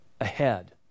ahead